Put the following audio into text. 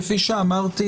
כפי שאמרתי,